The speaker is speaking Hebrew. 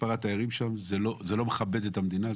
זה לא מכבד את המדינה,